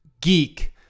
geek